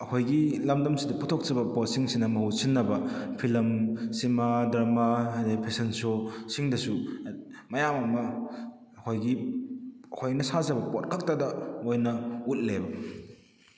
ꯑꯩꯈꯣꯏꯒꯤ ꯂꯝꯗꯝꯁꯤꯗ ꯄꯨꯊꯣꯛꯆꯕ ꯄꯣꯠꯁꯤꯡꯁꯤꯅ ꯃꯍꯨꯠ ꯁꯤꯟꯅꯕ ꯐꯤꯂꯝ ꯁꯤꯃꯥ ꯗ꯭ꯔꯃꯥ ꯑꯗꯨꯗꯩ ꯐꯦꯁꯟ ꯁꯣ ꯁꯤꯡꯗꯁꯨ ꯃꯌꯥꯝ ꯑꯃ ꯑꯩꯈꯣꯏꯒꯤ ꯑꯩꯈꯣꯏꯅ ꯁꯥꯖꯕ ꯄꯣꯠꯈꯛꯇꯗ ꯃꯣꯏꯅ ꯎꯠꯂꯦꯕ